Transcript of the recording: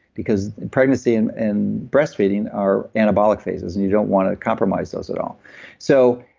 because pregnancy and and breastfeeding are anabolic phases and you don't want to compromise those at all so,